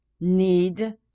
need